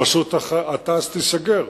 פשוט תע"ש תיסגר.